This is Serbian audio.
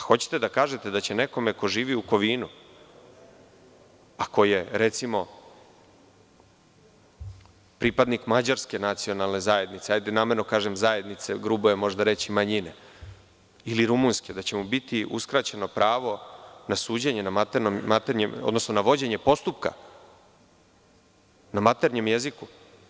Hoćete da kažete da će nekome ko živi u Kovinu a ko je recimo pripadnik mađarske nacionalne zajednice, namerno kažem – zajednice, grubo je možda reći manjine ili rumunske, da će mi biti uskraćeno pravo na suđenje, odnosno vođenje postupka na maternjem jeziku?